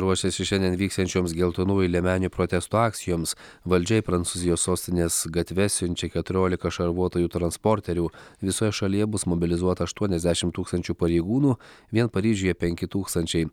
ruošiasi šiandien vyksiančioms geltonųjų liemenių protesto akcijoms valdžia į prancūzijos sostinės gatves siunčia keturiolika šarvuotųjų transporterių visoje šalyje bus mobilizuota aštuoniasdešimt tūkstančių pareigūnų vien paryžiuje penki tūkstančiai